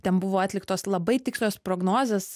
ten buvo atliktos labai tikslios prognozės